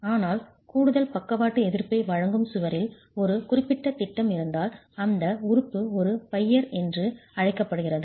ஆனால் கூடுதல் பக்கவாட்டு எதிர்ப்பை வழங்கும் சுவரில் ஒரு குறிப்பிட்ட திட்டம் இருந்தால் அந்த உறுப்பு ஒரு பையர் என்று அழைக்கப்படுகிறது